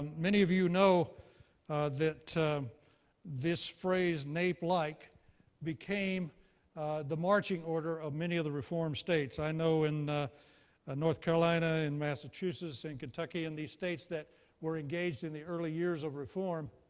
many of you know that this phrase naep-like became the marching order of many of the reform states. i know in ah north carolina and massachusetts and kentucky and these states that were engaged in the early years of reform,